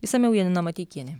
išsamiau janina mateikienė